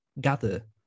gather